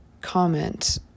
comment